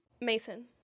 Mason